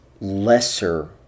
lesser